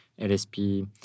LSP